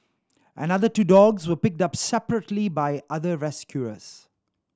another two dogs were picked up separately by other rescuers